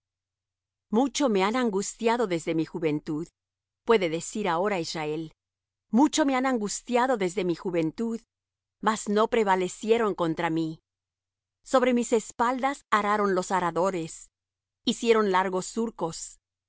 mucho me han angustiado desde mi juventud puede decir ahora israel mucho me han angustiado desde mi juventud mas no prevalecieron contra mí sobre mis espaldas araron los aradores hicieron largos surcos